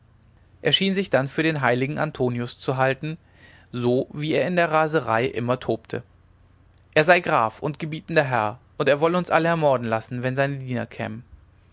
er schien sich dann für den heiligen antonius zu halten so wie er in der raserei immer tobte er sei graf und gebietender herr und er wolle uns alle ermorden lassen wenn seine diener kämen